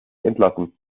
entlassen